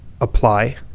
apply